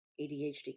ADHD